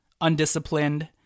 undisciplined